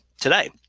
today